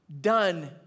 done